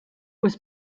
was